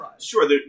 Sure